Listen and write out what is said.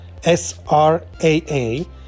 sraa